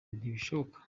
ntibishoboka